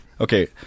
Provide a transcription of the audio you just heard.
Okay